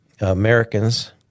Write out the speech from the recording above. Americans